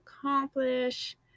accomplish